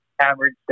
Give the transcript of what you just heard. average